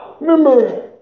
Remember